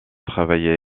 travaillaient